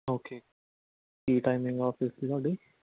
okay ਕੀ timing ਹੈ office ਦੀ ਤੁਹਾਡੀ